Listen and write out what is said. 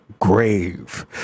grave